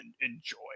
enjoy